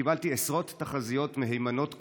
קיבלתי עשרות תחזיות, מהימנות כולן,